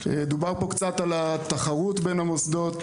דובר פה קצת על התחרות בין המוסדות,